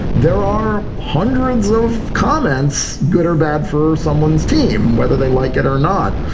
there are hundreds of comments, good or bad for someone's team, whether they like it or not.